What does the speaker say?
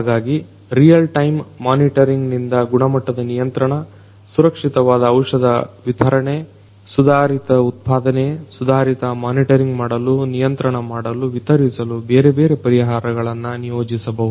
ಹಾಗಾಗಿ real time monitoring ನಿಂದ ಗುಣಮಟ್ಟದ ನಿಯಂತ್ರಣ ಸುರಕ್ಷಿತವಾದ ಔಷಧ ವಿತರಣೆ ಸುಧಾರಿತ ಉತ್ಪಾದನೆ ಸುಧಾರಿತ ಮೊನಟರಿಂಗ್ ಮಾಡಲು ನಿಯಂತ್ರಣ ಮಾಡಲು ವಿತರಿಸಲು ಬೇರೆ ಬೇರೆ ಪರಿಹಾರಗಳನ್ನ ನಿಯೋಜಿಸುವುದು